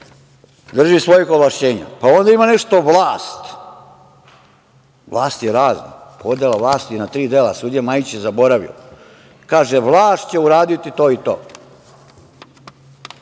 drži svojih ovlašćenja. Pa onda ima nešto – vlast. Vlast je razna, podela vlasti je na tri dela. Sudija Majić je zaboravio. Kaže – vlast će uraditi to i to.